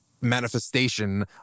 manifestation